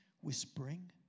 whispering